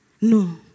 No